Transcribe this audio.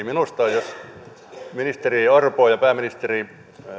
minusta jos ministeri orpoa ja pääministeri